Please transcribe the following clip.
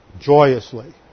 joyously